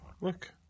Look